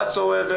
what so ever?